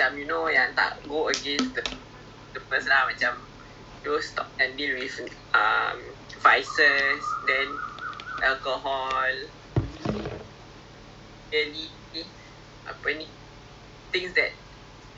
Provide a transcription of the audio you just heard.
but I would say it's good lah like you know they give you like a listing and they helped you to screen up the stocks and and it's very macam you look at the platform very easy to understand so I'm like okay lah that there's very good especially sometimes because we think that the company might